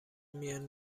میان